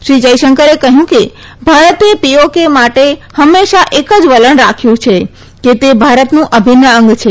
શ્રી જયશંકરે કહયું કે ભારતે પીઓકે માટે હંમેશા એક જ વલણ રાખ્યું છે કે તે ભારતનું અભિન્ન અંગ છે